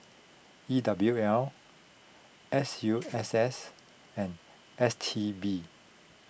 E W L S U S S and S T B